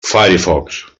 firefox